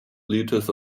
liters